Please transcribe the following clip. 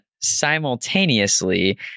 Simultaneously